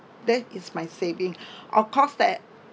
that is my saving of course that